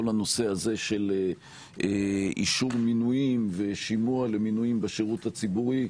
כל הנושא הזה של אישור מינויים ושימוע למינויים בשירות הציבורי,